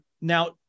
Now